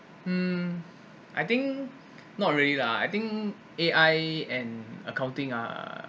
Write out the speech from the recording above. hmm I think not really lah I think A_I and accounting are